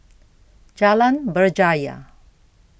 Jalan Berjaya